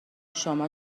شما